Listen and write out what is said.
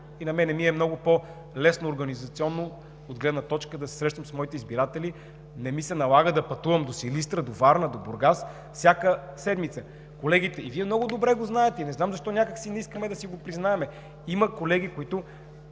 и не пътувам, много по-лесно ми е организационно да се срещам с моите избиратели. Не ми се налага да пътувам до Силистра, до Варна, до Бургас всяка седмица. Вие много добре го знаете – не знам защо някак си не искаме да си го признаем. Повечето колеги, които